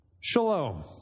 Shalom